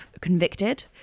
Convicted